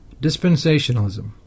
Dispensationalism